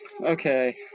Okay